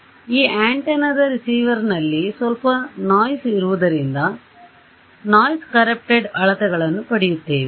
ಆದ್ದರಿಂದ ಈ ಆಂಟೆನಾದ ರಿಸೀವರ್ನಲ್ಲಿ ಸ್ವಲ್ಪ ನೋಯ್ಸ್ ಇರುವುದರಿಂದ ನೋಯ್ಸ್ ಕರಪ್ಟೆಡ್ ಅಳತೆಗಳನ್ನು ಪಡೆಯುತ್ತೇವೆ